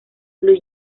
blue